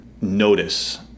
notice